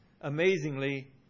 amazingly